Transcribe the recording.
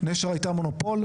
נשר הייתה מונופול,